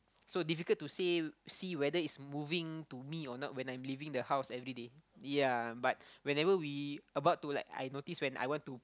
so difficult to say see whether it's moving to me or not when I'm leaving the house everyday ya but whenever we about to like I notice when I want to